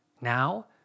now